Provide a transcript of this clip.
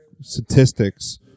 statistics